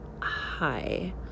Hi